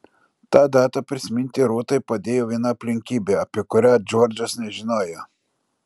tą datą prisiminti rūtai padėjo viena aplinkybė apie kurią džordžas nežinojo